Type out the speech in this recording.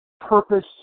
purpose